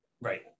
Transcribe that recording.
right